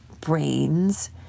brains